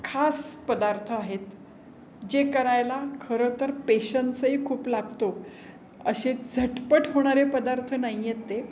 खास पदार्थ आहेत जे करायला खरं तर पेशन्सही खूप लागतो अशे झटपट होणारे पदार्थ नाही आहेत ते